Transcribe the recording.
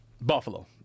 buffalo